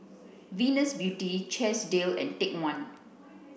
Venus Beauty Chesdale and Take One